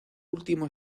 último